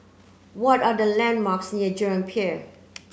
what are the landmarks near Jurong Pier